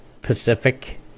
Pacific